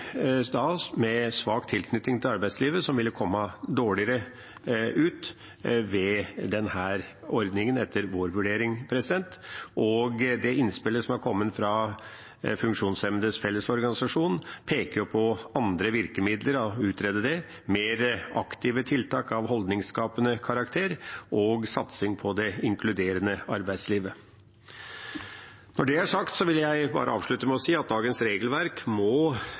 med svak tilknytning til arbeidslivet som ville kommet dårligere ut med denne ordningen, etter vår vurdering. Det innspillet som har kommet fra Funksjonshemmedes Fellesorganisasjon, peker på andre virkemidler som kan utredes – mer aktive tiltak av holdningsskapende karakter og satsing på det inkluderende arbeidslivet. Når det er sagt, vil jeg avslutte med å si at dagens regelverk må